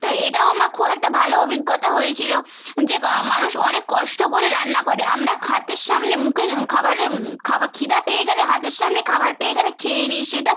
তো এটাও আমার খুব একটা ভালো অভিজ্ঞতা হয়েছিলো যে মানুষ অনেক কষ্ট করে রান্না করে আমরাথা হাতের সামনে মুখেস খাবারের খাবা খিদে পেয়ে গেলে হাতের সামনে খাবার পেয়ে গেলে খেয়ে নিই সেটা